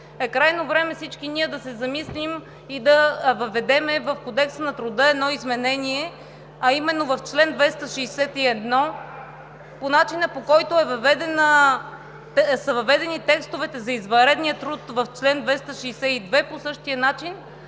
крайно време е всички ние да се замислим и да въведем в Кодекса на труда едно изменение, а именно в чл. 261 по начина, по който са въведени текстовете за извънредния труд, в чл. 262 по същия начин,